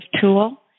tool